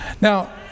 Now